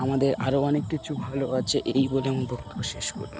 আমাদের আরও অনেক কিছু ভালো আছে এই বলে আমি বক্তব্য শেষ করব